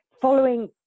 following